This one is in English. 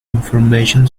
information